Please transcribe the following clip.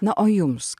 na o jums